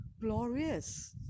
glorious